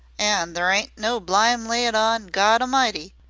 an' there ain't no blime laid on godamighty.